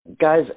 guys